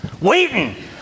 waiting